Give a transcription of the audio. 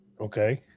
Okay